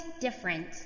different